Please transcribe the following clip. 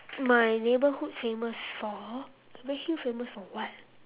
my neighborhood famous for redhill famous for what